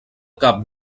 cap